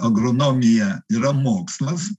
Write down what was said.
agronomija yra mokslas